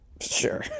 Sure